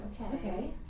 Okay